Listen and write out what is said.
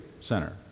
center